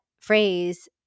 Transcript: phrase